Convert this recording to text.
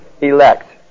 elect